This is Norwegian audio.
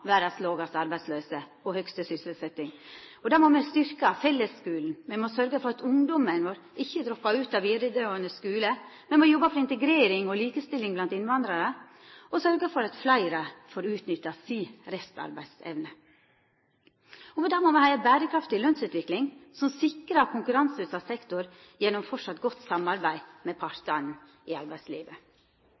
verdas lågaste arbeidsløyse og høgaste sysselsetjing. Då må me styrkja fellesskulen, sørgja for at ungdomen ikkje droppar ut av vidaregåande skule. Me må jobba for integrering og likestilling blant innvandrarar, og me må sørgja for at fleire får utnytta sin restarbeidsevne. Me må ha ei berekraftig lønsutvikling som sikrar konkurranseutsett sektor gjennom eit framleis godt samarbeid med partane i arbeidslivet.